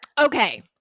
Okay